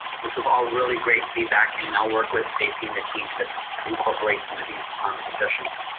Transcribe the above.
this is all really great feedback and i'll work with stacy and the team to incorporate some of these suggestions.